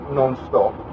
non-stop